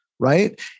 Right